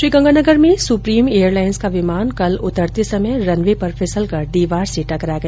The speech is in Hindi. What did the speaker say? श्रीगंगानगर में सुप्रीम एयरलाइन्स का विमान कल उतरते समय रन वे पर फिसलकर दीवार से टकरा गया